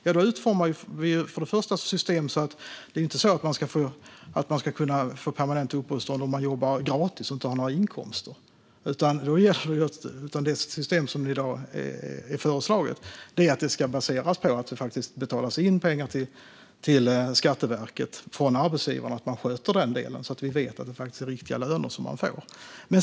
Jo, vi utformar systemet så att man inte ska kunna få permanent uppehållstillstånd om man jobbar gratis och inte har några inkomster. Det system som i dag är föreslaget ska baseras på att arbetsgivaren betalar in pengar till Skatteverket och sköter den delen så att vi vet att det är riktiga löner som man får.